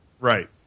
right